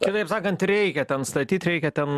kitaip sakant reikia ten statyt reikia ten